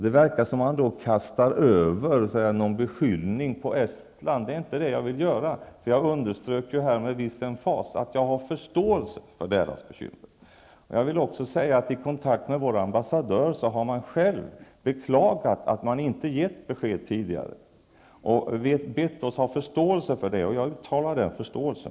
Det verkar som jag beskyller Estland, men det är inte det jag vill göra. Jag underströk ju med viss emfas att jag har förståelse för deras bekymmer. Man har själv, i kontakt med vår ambassadör, beklagat att man inte gett besked tidigare. Man har bett oss ha förståelse för det. Jag uttalar den förståelsen.